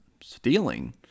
stealing